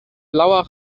blauer